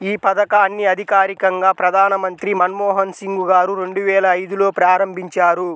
యీ పథకాన్ని అధికారికంగా ప్రధానమంత్రి మన్మోహన్ సింగ్ గారు రెండువేల ఐదులో ప్రారంభించారు